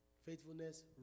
Faithfulness